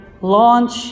launch